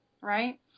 right